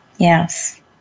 Yes